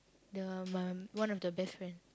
the my one of the best friend